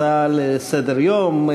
הצעה לסדר-היום.